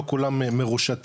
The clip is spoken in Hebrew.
לא כולם מרושתים,